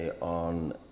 on